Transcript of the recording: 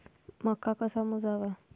मका कसा मोजावा?